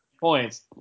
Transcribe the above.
points